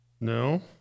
No